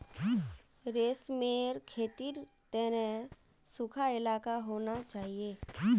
रेशमेर खेतीर तने सुखा इलाका होना चाहिए